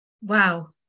Wow